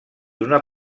una